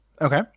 Okay